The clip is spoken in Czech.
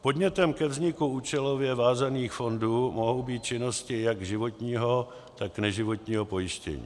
Podnětem ke vzniku účelově vázaných fondů mohou být činnosti jak životního, tak neživotního pojištění.